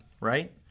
right